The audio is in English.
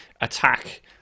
attack